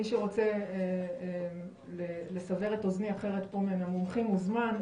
מי שרוצה לסבר את אוזני אחרת פה מן המומחים מוזמן.